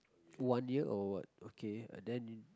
full one year or what okay uh then